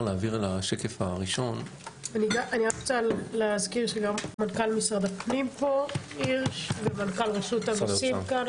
אני רוצה להזכיר שגם מנכ"ל משרד הפנים הירש פה ומנכ"ל רשות המיסים כאן,